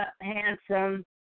handsome